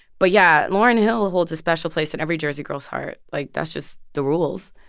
but yeah, lauryn hill holds a special place in every jersey girl's heart. like, that's just the rules